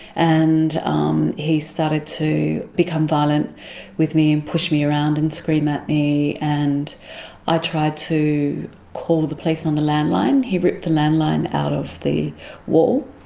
and um he started to become violent with me, and push me around and scream at me. and i tried to call the police on the landline, he ripped the landline out of the wall,